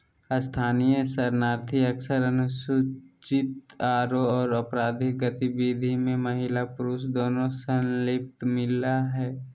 स्थानीय शरणार्थी अक्सर अनुचित आरो अपराधिक गतिविधि में महिला पुरुष दोनों संलिप्त मिल हई